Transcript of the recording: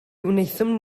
wnaethon